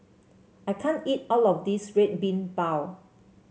I can't eat all of this Red Bean Bao